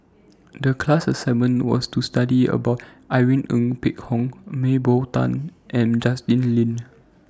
The class assignment was to study about Irene Ng Phek Hoong Mah Bow Tan and Justin Lean